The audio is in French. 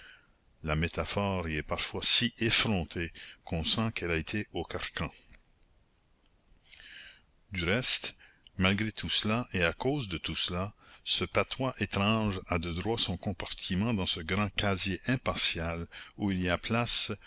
la métaphore y est parfois si effrontée qu'on sent qu'elle a été au carcan du reste malgré tout cela et à cause de tout cela ce patois étrange a de droit son compartiment dans ce grand casier impartial où il y a place